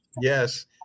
Yes